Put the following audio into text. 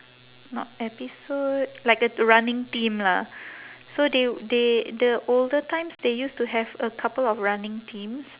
not episode like a running theme lah so they they the older times they used to have a couple of running themes